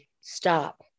stop